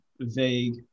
vague